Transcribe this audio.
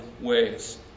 ways